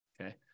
Okay